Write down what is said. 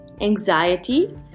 anxiety